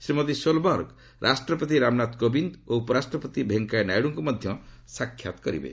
Shrimati Solberg ରାଷ୍ଟ୍ରପତି ରାମନାଥ କୋବିନ୍ଦ ଓ ଉପରାଷ୍ଟ୍ରପତି ଭେଙ୍କେୟା ନାଇଡ଼କ୍କ ମଧ୍ୟ ସାକ୍ଷାତ୍ କରିବେ